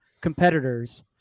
competitors